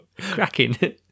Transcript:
Cracking